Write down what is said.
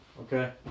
Okay